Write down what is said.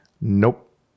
Nope